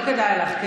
לא כדאי לך.